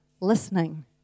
listening